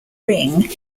ring